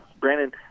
Brandon